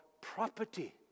property